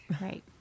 Right